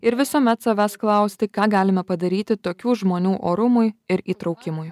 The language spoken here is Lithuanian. ir visuomet savęs klausti ką galima padaryti tokių žmonių orumui ir įtraukimui